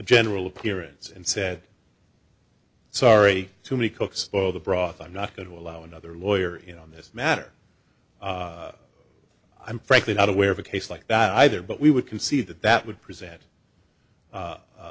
general appearance and said sorry too many cooks spoil the broth i'm not going to allow another lawyer in on this matter i'm frankly not aware of a case like that either but we would concede that that would present